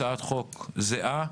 הצעת חוק זהה.